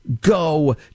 go